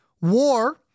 war